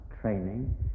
training